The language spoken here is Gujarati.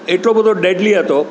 એટલો બધો ડેડલી હતો